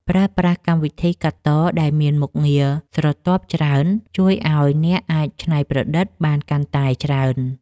ប្រើប្រាស់កម្មវិធីកាត់តដែលមានមុខងារស្រទាប់ច្រើនជួយឱ្យអ្នកអាចច្នៃប្រឌិតបានកាន់តែច្រើន។